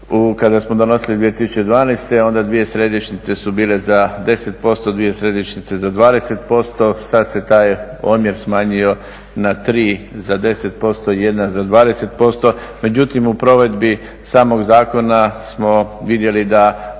kada smo donosili 2012. onda dvije središnjice su bile za 10%, dvije središnjice za 20%, sad se taj omjer smanjio na 3, za 10%, jedna za 20%. Međutim u provedbi samog zakona smo vidjeli da